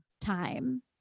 time